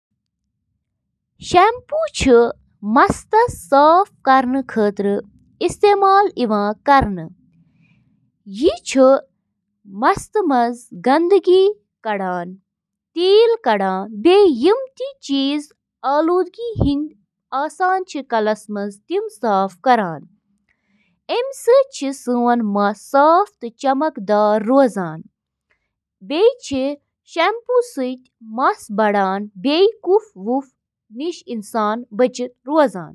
اکھ ٹوسٹر چُھ گرمی پٲدٕ کرنہٕ خٲطرٕ بجلی ہنٛد استعمال کران یُس روٹی ٹوسٹس منٛز براؤن چُھ کران۔ ٹوسٹر اوون چِھ برقی کرنٹ سۭتۍ کوائلن ہنٛد ذریعہٕ تیار گژھن وٲل انفراریڈ تابکٲری ہنٛد استعمال کٔرتھ کھین بناوان۔